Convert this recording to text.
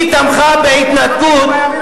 היא תמכה בהתנתקות,